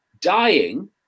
dying